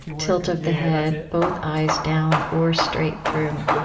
tilt of the head both eyes down or straight through.